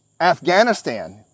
Afghanistan